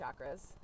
chakras